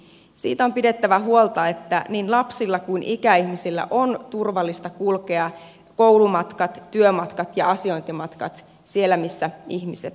siitä on pidettävä huolta että niin lapsilla kuin ikäihmisillä on turvallista kulkea koulumatkat työmatkat ja asiointimatkat siellä missä ihmiset asuvat